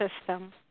system